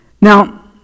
Now